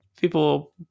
People